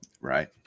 Right